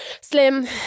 slim